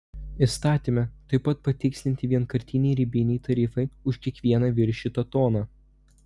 įstatyme taip pat patikslinti vienkartiniai ribiniai tarifai už kiekvieną viršytą toną